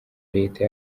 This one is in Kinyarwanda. leta